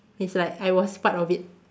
it's like I was part of it